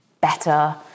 better